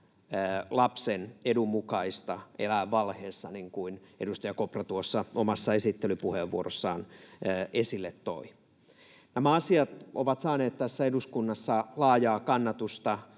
lapsen edun mukaista elää valheessa, niin kuin edustaja Kopra tuossa omassa esittelypuheenvuorossaan esille toi. Nämä asiat ovat saaneet tässä eduskunnassa laajaa kannatusta,